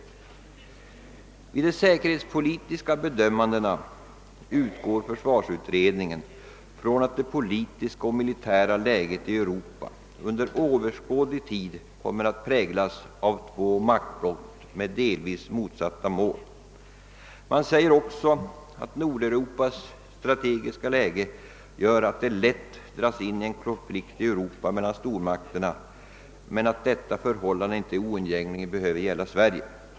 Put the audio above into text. Vid de säkerhetspolitiska bedömningarna utgår försvarsutredningen från att det politiska och militära läget i Europa under överskådlig tid framåt kommer att präglas av två maktblock med delvis motsatta mål. Man säger också att Nordeuropas strategiska läge gör att det lätt dras in i en konflikt i Europa mellan stormakterna men att detta förhållande inte oundgängligen behöver gälla Sverige.